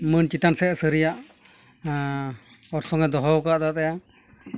ᱢᱟᱹᱱ ᱪᱮᱛᱟᱱᱥᱮᱫ ᱥᱟᱹᱨᱤᱭᱟᱜ ᱚᱨᱥᱚᱝᱮ ᱫᱚᱦᱚ ᱟᱠᱟᱫ ᱛᱟᱭᱟ